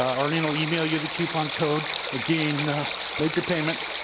arlene will email you the coupon code. again make your payment,